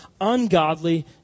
ungodly